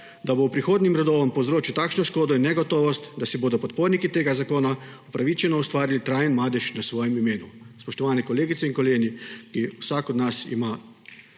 da bo prihodnjim rodovom povzročil takšno škodo in negotovost, da si bodo podporniki tega zakona upravičeno ustvarili trajen madež na svojem imenu. Spoštovani kolegice in kolegi, vsak od nas ima